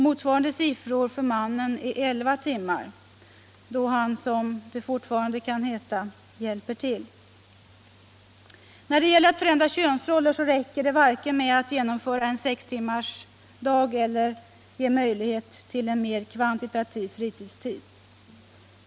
Motsvarande siffra för mannen är 11 timmar, då han, som det fortfarande kan heta, ”hjälper till”. När det gäller att förändra könsroller räcker det varken med att genomföra en sextimmarsdag eller ge möjlighet till en längre fritid.